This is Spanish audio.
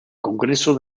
congreso